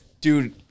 dude